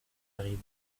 arrivé